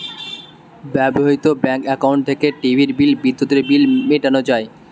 ব্যবহার্য bank account থেকে টিভির বিল, বিদ্যুতের বিল মেটানো যায়